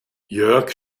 jörg